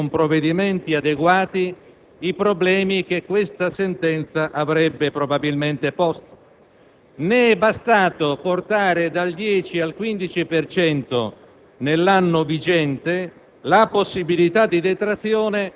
quali sono gli argomenti del Governo: rispondo che sono quelli del Governo che c'era nel momento in cui c'era la procedura di fronte alla Corte di giustizia europea, cioè il Governo precedente.